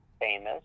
famous